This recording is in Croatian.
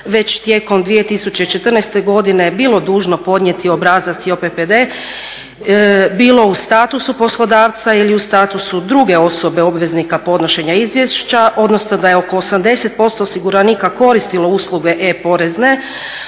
već tijekom 2014.godine bilo dužno podnijeti obrazac JOPPD bilo u statusu poslodavca ili u statusu druge osobe obveznika podnošenja izvješća odnosno da je oko 80% osiguranika koristilo usluge e-porezne